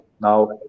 now